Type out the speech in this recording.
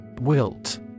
Wilt